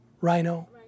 Rhino